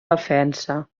defensa